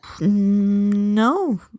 No